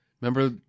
remember